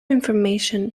information